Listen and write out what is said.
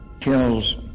kills